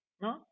No